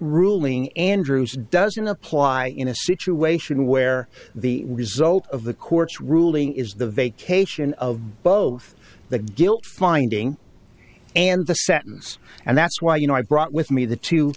ruling andrews doesn't apply in a situation where the result of the court's ruling is the vacation of both the guilt finding and the sentence and that's why you know i brought with me the two